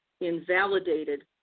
invalidated